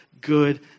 good